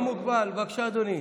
בבקשה, אדוני.